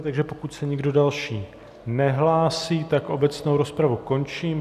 Takže pokud se nikdo další nehlásí, tak obecnou rozpravu končím.